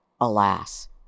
alas